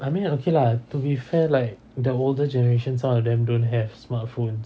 I mean okay lah to be fair like the older generations some of them don't have smartphones